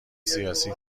سیاسی